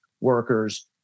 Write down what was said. workers